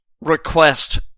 request